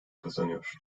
kazanıyor